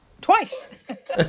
Twice